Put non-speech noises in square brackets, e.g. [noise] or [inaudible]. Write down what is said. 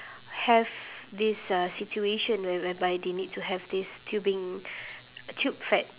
have this uh situation where~ whereby they need to have this tubing [breath] tube fed